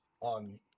on